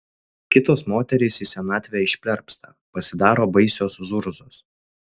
kitos moterys į senatvę išplerpsta pasidaro baisios zurzos